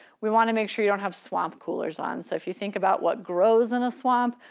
we wanna make sure you don't have swamp coolers on. so you think about what grows in a swamp,